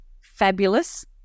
fabulous